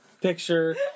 picture